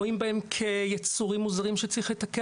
רואים בהם כיצורים מוזרים שצריך לתקן.